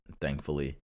thankfully